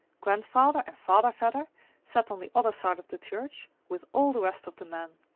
grandfather and father vedder sat on the other side of the church with all the rest of the men.